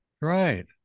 right